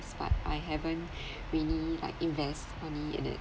but I haven't really like invest any in it